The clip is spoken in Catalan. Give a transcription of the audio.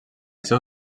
seu